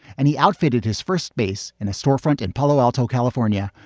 and he outfitted his first base in a storefront in palo alto, california,